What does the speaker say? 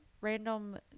random